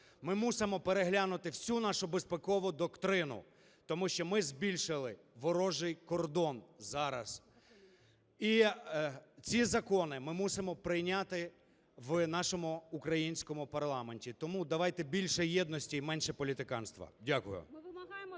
Ми мусимо переглянути всю нашу безпекову доктрину, тому що ми збільшили ворожий кордон зараз, і ці закони ми мусимо прийняти в нашому українському парламенті. Тому давайте більше єдності і менше політиканства. Дякую.